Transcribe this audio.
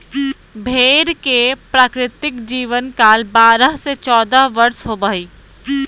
भेड़ के प्राकृतिक जीवन काल बारह से चौदह वर्ष होबो हइ